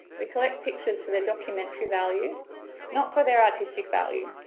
we collect pictures for their doc umentary value not for their artistic value.